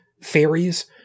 fairies